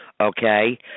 okay